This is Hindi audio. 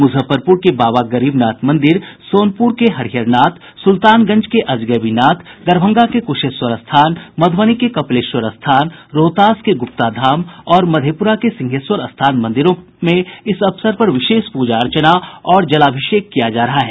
मुजफ्फरपुर के बाबा गरीबनाथ मंदिर सोनपुर के हरिहरनाथ सुल्तानगंज के अजगैबीनाथ दरभंगा के क़्शेश्वर स्थान मध़बनी के कपिलेश्वर स्थान रोहतास के गुप्ताधाम और मधेपुरा के सिंहेश्वर स्थान मंदिरों में इस अवसर पर विशेष पूजा अर्चना और जलाभिषेक किया जा रहा है